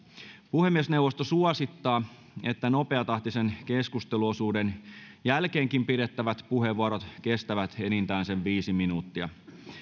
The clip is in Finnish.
puhemiesneuvosto suosittaa että nopeatahtisen keskusteluosuuden jälkeenkin pidettävät puheenvuorot kestävät enintään sen viisi minuuttia